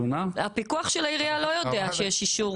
הפיקוח של העירייה לא יודע שיש אישור.